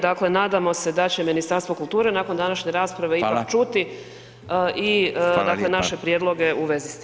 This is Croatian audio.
Dakle, nadamo se da će Ministarstvo kulture nakon današnje [[Upadica: Fala]] rasprave ipak čuti i [[Upadica: Fala lijepa]] dakle, naše prijedloge u vezi s tim.